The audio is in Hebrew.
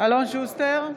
אלון שוסטר,